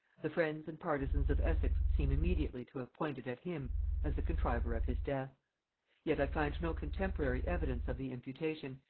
the friends and partisans of essex seem immediately to have pointed at him as the contriver of his death yet i find no contemporary evidence of the imputation,